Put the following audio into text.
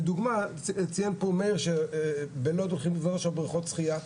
לדוגמה ציין פה מאיר שבלוד הולכים לבנות עכשיו בריכות שחיה,